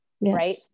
right